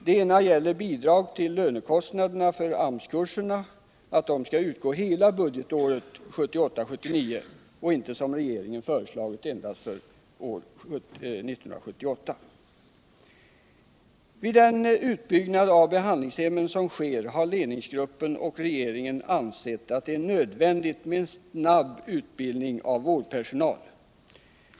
Den ena gäller bidrag till att lönekostnaderna för AMS-kurserna skall utgå under hela budgetåret 1978/79 och inte som regeringen föreslagit endast för 1978. Vid den utbyggnad av behandlingshemmen som sker har ledningsgruppen och regeringen ansett att det är nödvändigt med en snabb utbildning av vårdpersonal.